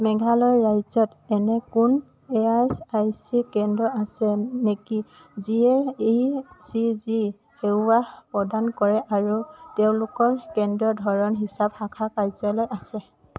মেঘালয় ৰাজ্যত এনে কোন এ আই আই চি কেন্দ্ৰ আছে নেকি যিয়ে এই আই চি জি সেৱা প্ৰদান কৰে আৰু তেওঁলোকৰ কেন্দ্ৰৰ ধৰণ হিচাপ শাখা কাৰ্যালয় আছে